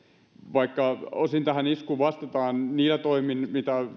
vaikka osin iskuun vastataan niillä toimin mitä